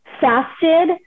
fasted